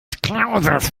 clausus